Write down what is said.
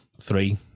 three